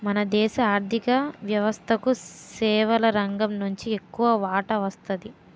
మన దేశ ఆర్ధిక వ్యవస్థకు సేవల రంగం నుంచి ఎక్కువ వాటా వస్తున్నది